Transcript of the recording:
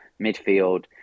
midfield